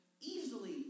easily